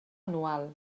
anual